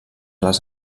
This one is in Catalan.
les